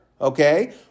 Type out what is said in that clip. okay